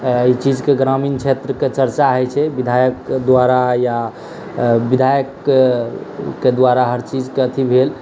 ई चीजके ग्रामीण क्षेत्रके चर्चा होइत छै विधायक द्वारा या विधायकके द्वारा हर चीजके अथी भेल